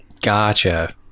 Gotcha